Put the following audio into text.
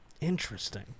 interesting